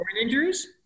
injuries